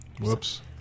Whoops